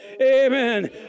Amen